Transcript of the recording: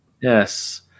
Yes